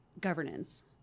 governance